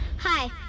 Hi